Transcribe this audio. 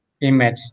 image